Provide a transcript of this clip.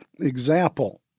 Example